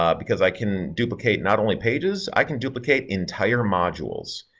um because i can duplicate not only pages i can duplicate entire modules.